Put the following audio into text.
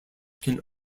can